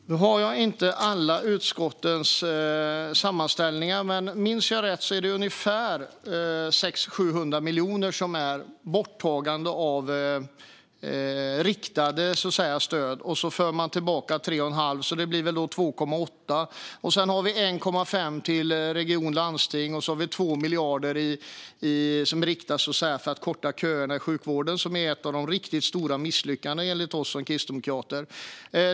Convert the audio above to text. Fru talman! Nu har jag inte alla utskottens sammanställningar, men om jag minns rätt är det ungefär 600-700 miljoner i riktade stöd som tas bort. Sedan för man tillbaka 3 1⁄2 miljard, så det blir väl 2,8 miljarder. Sedan har vi 1,5 miljarder till region och landsting och 2 miljarder som riktas för att korta köerna i sjukvården, vilket enligt oss kristdemokrater är ett av de riktigt stora misslyckandena.